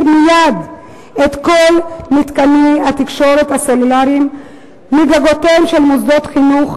מייד את כל מתקני התקשורת הסלולריים מגגותיהם של מוסדות חינוך,